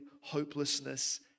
hopelessness